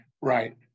right